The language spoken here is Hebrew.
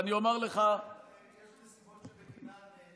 נסיבות שבגינן,